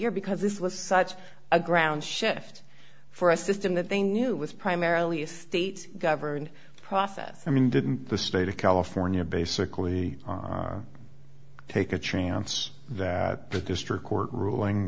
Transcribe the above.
year because this was such a ground shift for a system that they knew was primarily a state governed process i mean didn't the state of california basically take a chance that the district court ruling